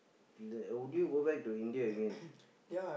the would you go back to India again